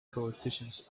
coefficients